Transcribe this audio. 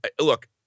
look